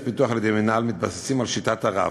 פיתוח על-ידי המינהל מתבססים על שיטת הרף,